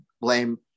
blame